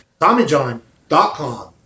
TommyJohn.com